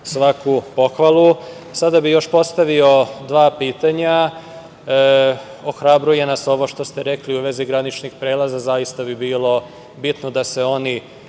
svaku pohvalu. Sada bih postavio dva pitanja. Ohrabruje nas ovo što ste rekli u vezi graničnih prelaza. Zaista bi bilo bitno da se oni